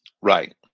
Right